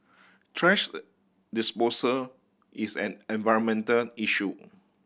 thrash disposal is an environmental issue